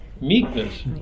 Meekness